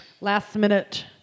Last-minute